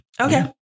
Okay